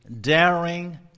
daring